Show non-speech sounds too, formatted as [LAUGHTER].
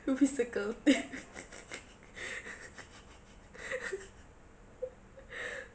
moved a circle [LAUGHS]